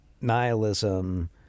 nihilism